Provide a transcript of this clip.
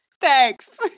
Thanks